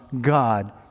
God